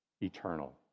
eternal